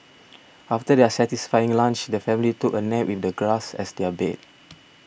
after their satisfying lunch the family took a nap with the grass as their bed